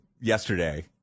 yesterday